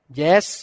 yes